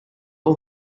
all